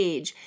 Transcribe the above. Age